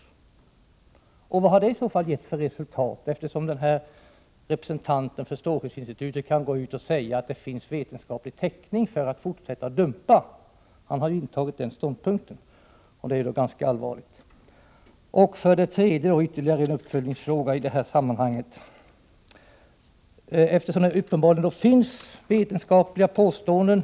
Vad har en prövning i så fall gett för resultat, eftersom representanten för strålskyddsinstitutet kan gå ut och säga att det finns vetenskaplig täckning för att fortsätta att dumpa? Han har ju intagit den ståndpunkten, vilket jag tycker är allvarligt. Slutligen vill jag ställa ytterligare en följdfråga med anledning av att internationella ställningstaganden uppenbarligen har baserats på vetenskapliga bedömningar.